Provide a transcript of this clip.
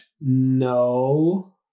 No